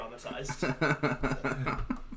traumatized